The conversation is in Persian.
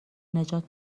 نجات